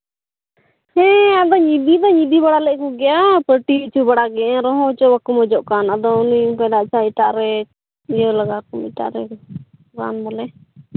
ᱦᱮᱸ ᱟᱫᱚᱧ ᱤᱫᱤ ᱫᱚᱧ ᱤᱫᱤ ᱵᱟᱲᱟᱞᱮᱫ ᱠᱚᱜᱮᱭᱟ ᱯᱟᱹᱴᱤ ᱵᱟᱲᱟ ᱦᱚᱪᱚᱜᱮ ᱮᱱ ᱨᱮᱦᱚᱸ ᱪᱮᱫᱟᱜ ᱪᱚ ᱵᱟᱠᱚ ᱢᱚᱡᱚᱜ ᱠᱟᱱ ᱟᱫᱚ ᱩᱱᱤ ᱚᱱᱠᱟᱭᱫᱟ ᱮᱴᱟᱜ ᱨᱮ ᱤᱭᱟᱹ ᱞᱟᱜᱟ ᱠᱚᱢ ᱮᱴᱟᱜ ᱨᱮ ᱨᱟᱱ ᱵᱚᱞᱮ